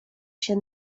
się